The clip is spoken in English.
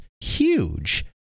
huge